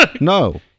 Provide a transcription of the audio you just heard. No